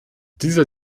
dieser